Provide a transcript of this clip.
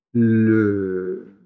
le